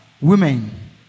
women